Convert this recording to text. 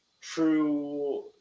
true